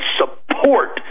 support